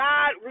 God